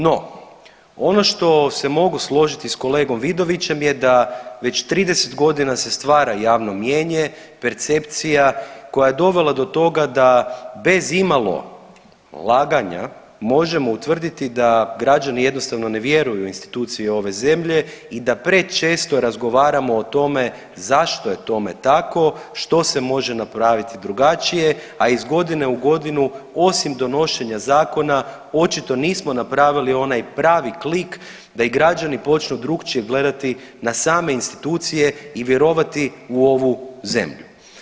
No, ono što se mogu složiti sa kolegom Vidovićem, je da već 30 godina se stvara javno mnijenje, percepcija koja je dovela do toga da bez imamo laganja možemo utvrditi da građani jednostavno ne vjeruju instituciji ove zemlje i da prečesto razgovaramo o tome zašto je tome tako, što se može napraviti drugačije a iz godine u godinu osim donošenja zakona očito nismo napravili onaj pravi klik da i građani počnu drukčije gledati na same institucije i vjerovati u ovu zemlju.